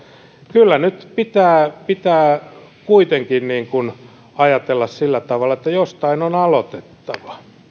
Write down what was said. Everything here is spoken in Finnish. kyllä nyt pitää pitää kuitenkin ajatella sillä tavalla että jostain on aloitettava